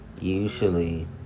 Usually